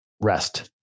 rest